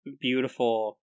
beautiful